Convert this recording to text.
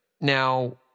Now